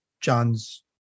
John's